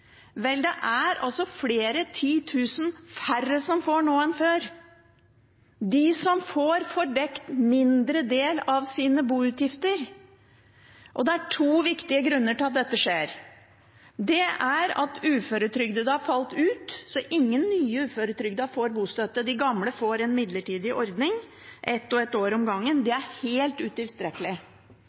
Vel, det er flere titusen færre som får nå enn før – som får dekt en mindre del av sine boutgifter – og det er to viktige grunner til at dette skjer: Det ene er at uføretrygdede har falt ut, så ingen nye uføretrygdede får bostøtte. De gamle får – en midlertidig ordning – for ett og ett år om gangen. Det er helt utilstrekkelig.